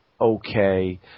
okay